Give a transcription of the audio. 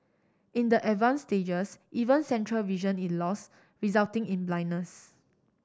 in the advance stages even central vision is lost resulting in blindness